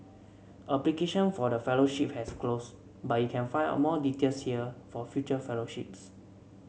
application for the fellowship has closed but you can find out more details here for future fellowships